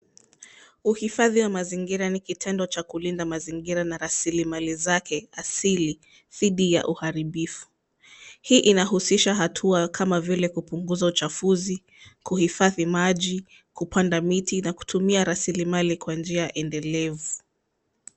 Uhifadhi wa mazingira ni kitendo cha kulinda mazingira na rasilimali zake asili dhidi ya uharibifu. Hii inahusisha hatua kama vile kupunguza uchafuzi, kuhifadhi maji, kupanda miti na kutumia rasilimali kwa njia endelevu.